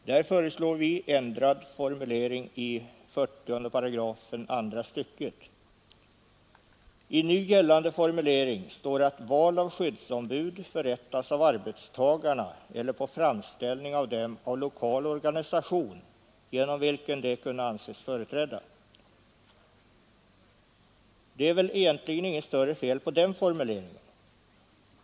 Där föreslår vi ändrad formulering i 40 8 andra stycket i förslaget till ändring av arbetarskyddslagen. I nu gällande formulering står att ”val av skyddsombud förrättas av arbetstagarna eller, på framställning av dem, av lokal organisation, genom vilken de kunna anses företrädda”. Det är väl egentligen inget större fel på den formuleringen.